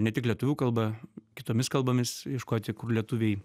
ne tik lietuvių kalba kitomis kalbomis ieškoti kur lietuviai